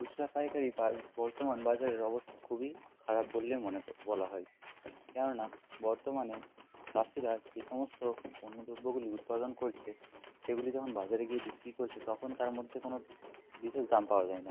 খুচরা পাইকারি বর্তমান বাজারের অবস্থা খুবই খারাপ বললে মনে ক বলা হয় কেননা বর্তমানে চাষিরা যে সমস্ত পণ্যদ্রব্যগুলি উৎপাদন করছে সেগুলি যখন বাজারে গিয়ে বিক্রি করছে তখন তার মধ্যে কোন বিশেষ দাম পাওয়া যায় না